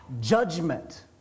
judgment